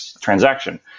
transaction